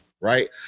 right